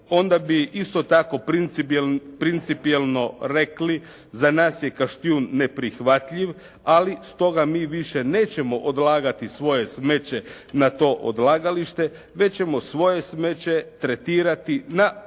onda bi isto tako principijelno rekli za nas je Kaštjun neprihvatljiv. Ali stoga mi više nećemo odlagati svoje smeće na to odlagalište već ćemo svoje smeće tretirati na području